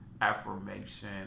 affirmation